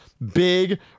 Big